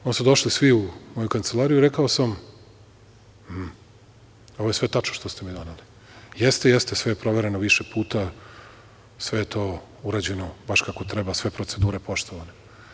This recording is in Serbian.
Onda su došli svu u moju kancelariju i rekao sam - ovo je sve tačno što ste mi doneli. - Jeste, sve je provereno više puta, sve je to urađeno baš kako treba, sve procedure poštovane.